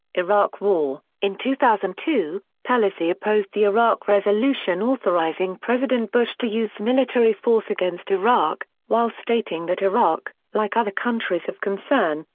iraq war in two thousand and two, pelosi opposed the iraq resolution authorizing president bush to use military force against iraq, while stating that iraq, like other countries of concern,